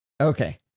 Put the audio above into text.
Okay